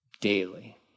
daily